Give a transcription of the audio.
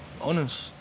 honest